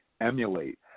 emulate